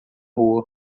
rua